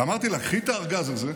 אמרתי לה: קחי את הארגז הזה,